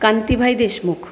Kantibhai Deshmukh